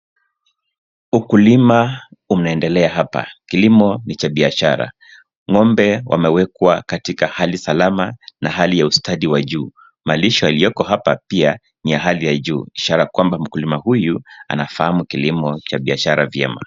Ukulima umeendelea hapa ,kilimo ni cha biashara ng'ombe wamewekwa katika hali salama na hali ya ustadi wa juu malisho yaliyoko hapa pia ni ya hali juu ishara kwamba mkulima huyu anafahamu kilimo cha biashara vyema